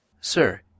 Sir